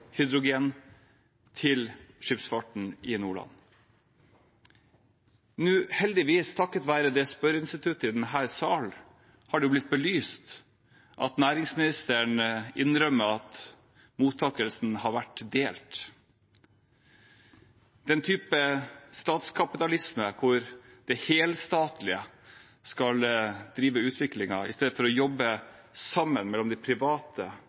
hydrogen til skipsfarten i Nordland. Heldigvis har det takket være spørreinstituttet i denne salen blitt belyst at næringsministeren innrømmer at mottakelsen har vært delt. Den type statskapitalisme hvor det helstatlige skal drive utviklingen istedenfor at de private og statlige aktører jobber sammen,